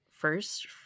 first